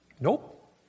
Nope